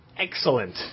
Excellent